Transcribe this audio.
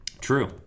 true